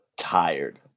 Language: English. tired